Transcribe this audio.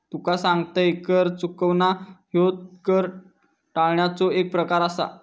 तुका सांगतंय, कर चुकवणा ह्यो कर टाळण्याचो एक प्रकार आसा